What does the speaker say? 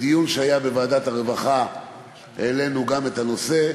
בדיון שהיה בוועדת הרווחה העלינו גם את הנושא,